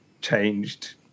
changed